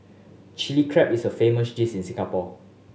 Chilli Crab is a famous dish in Singapore